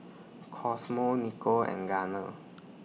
Cosmo Nico and Garner